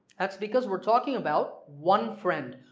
that's because we're talking about one friend,